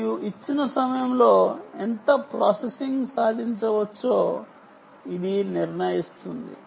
మరియు ఇచ్చిన సమయంలో ఎంత ప్రాసెసింగ్ సాధించవచ్చో ఇది నిర్ణయిస్తుంది